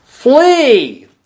Flee